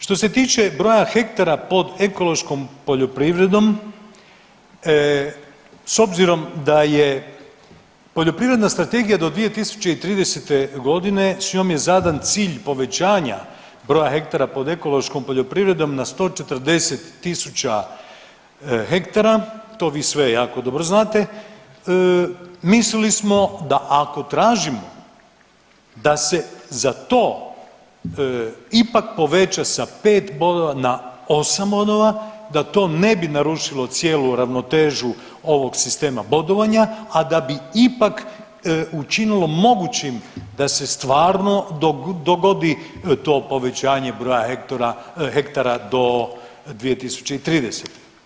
Što se tiče broja hektara pod ekološkom poljoprivredom s obzirom da je poljoprivredna strategija do 2030. godine s njom je zadan cilj povećanja broja hektara pod ekološkom poljoprivrednom na 140.000 hektra, to vi sve jako dobro znate, misli smo da ako tražim da se za to ipak poveća sa 5 bodova na 8 bodova da to ne bi narušilo cijelu ravnotežu ovog sistema bodovanja, a da bi ipak učinilo mogućim da se stvarno dogodi to povećanje broja hektara do 2030.